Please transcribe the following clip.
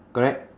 correct